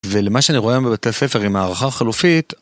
ולמה שאני רואה בבית הספר עם הערכה החלופית